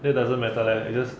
that doesn't matter leh it's just